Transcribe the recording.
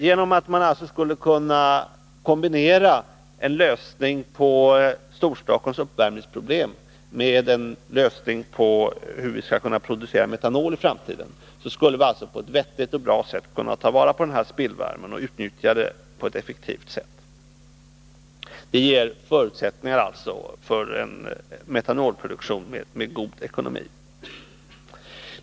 Genom att kombinera en lösning på Storstockholms uppvärmningsproblem med en lösning av vår produktion av metanol i framtiden skulle vi alltså på ett vettigt och bra ätt kunna ta vara på den här spillvärmen och utnyttja den på ett effektivt sätt. Det ger alltså förutsättningar för en metanolproduktion med god ekonomi.